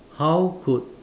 how could